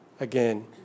again